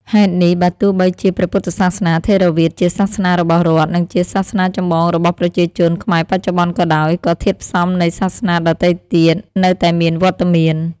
ហេតុនេះបើទោះបីជាព្រះពុទ្ធសាសនាថេរវាទជាសាសនារបស់រដ្ឋ និងជាសាសនាចម្បងរបស់ប្រជាជនខ្មែរបច្ចុប្បន្នក៏ដោយ ក៏ធាតុផ្សំនៃសាសនាដទៃទៀតនៅតែមានវត្តមាន។